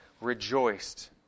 rejoiced